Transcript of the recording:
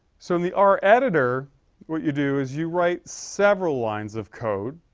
certainly our editor what you do is you write several lines of code